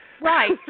Right